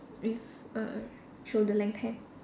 with err shoulder length hair